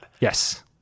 Yes